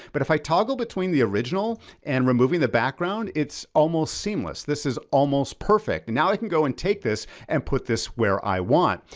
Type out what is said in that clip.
but if i toggle between the original and removing the background, it's almost seamless. this is almost perfect. and now i can go and take this and put this where i want.